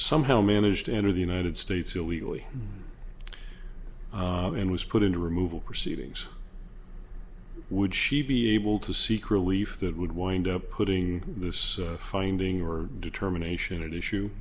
somehow managed to enter the united states illegally and was put into removal proceedings would she be able to seek relief that would wind up putting this finding or determination at issue